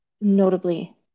notably